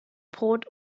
brot